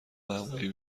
معمولی